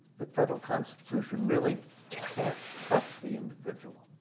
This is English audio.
the federal constitution really can't touch the individual,